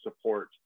support